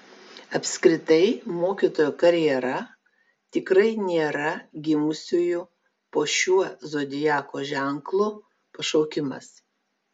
apskritai mokytojo karjera tikrai nėra gimusiųjų po šiuo zodiako ženklu pašaukimas